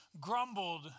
grumbled